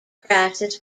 crisis